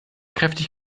kräftig